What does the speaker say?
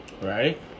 Right